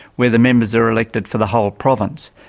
where the members are elected for the whole province.